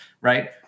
right